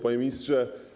Panie Ministrze!